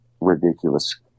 ridiculous